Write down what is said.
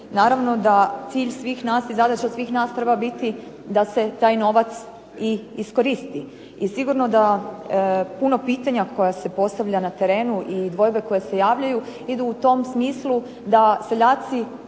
Naravno da cilj svih nas i zadaća svih nas treba biti da se taj novac i iskoristi i sigurno da puno pitanja koja se postavlja na terenu i dvojbe koje se javljaju idu u tom smislu da seljaci